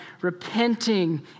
repenting